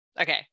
Okay